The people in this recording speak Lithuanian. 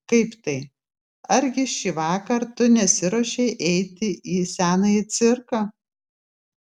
kaip tai argi šįvakar tu nesiruoši eiti į senąjį cirką